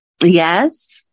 Yes